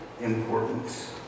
importance